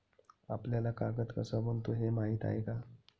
आपल्याला कागद कसा बनतो हे माहीत आहे का?